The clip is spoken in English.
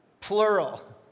plural